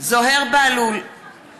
זוהיר בהלול, אינו